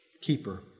keeper